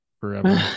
forever